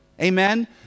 Amen